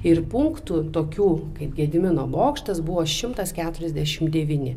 ir punktų tokių kaip gedimino bokštas buvo šimtas keturiasdešimt devyni